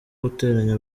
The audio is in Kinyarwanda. guteranya